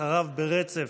אחריו, ברצף,